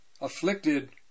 afflicted